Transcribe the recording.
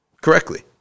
correctly